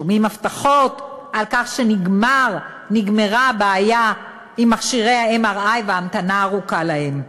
שומעים הבטחות על כך שנגמרה הבעיה עם מכשירי ה-MRI וההמתנה הארוכה להם.